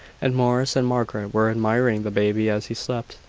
and morris and margaret were admiring the baby as he slept,